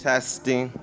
Testing